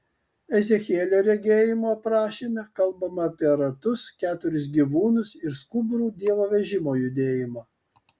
ezechielio regėjimo aprašyme kalbama apie ratus keturis gyvūnus ir skubrų dievo vežimo judėjimą